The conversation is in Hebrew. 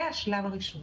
זה השלב הראשון.